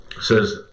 says